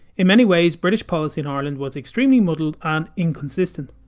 in many ways, british policy in ireland was extremely muddled and inconsistent.